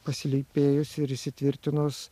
pasilypėjus ir įsitvirtinus